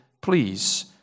please